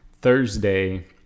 thursday